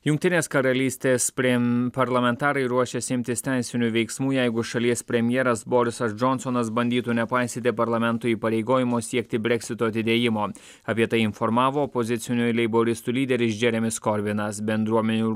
jungtinės karalystės prim parlamentarai ruošiasi imtis teisinių veiksmų jeigu šalies premjeras borisas džonsonas bandytų nepaisyti parlamento įpareigojimo siekti breksito atidėjimo apie tai informavo opozicinių leiboristų lyderis džeremis korvinas bendruomenių